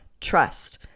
Trust